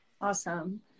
Awesome